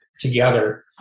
together